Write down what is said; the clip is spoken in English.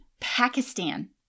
Pakistan